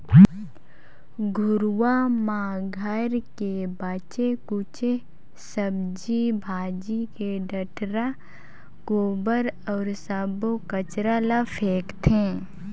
घुरूवा म घर के बाचे खुचे सब्जी भाजी के डठरा, गोबर अउ सब्बो कचरा ल फेकथें